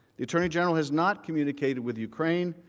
the attorney general has not communicated with ukraine,